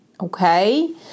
okay